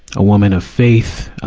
a woman of faith.